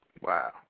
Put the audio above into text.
Wow